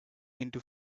into